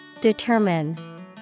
Determine